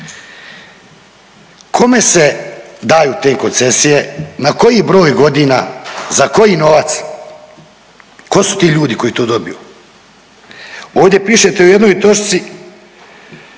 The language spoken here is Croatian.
Kome se daju te koncesije? Na koji broj godina? Za koji novac? Tko su ti ljudi koji to dobiju? Ovdje pišete u jednoj točci